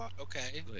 okay